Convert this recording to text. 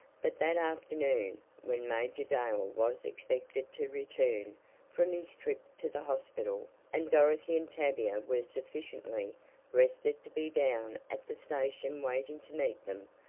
but that afternoon, when major dale was expected to return from his trip to the hospital, and dorothy and tavia were sufficiently rested to be down at the station waiting to meet them,